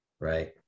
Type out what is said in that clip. right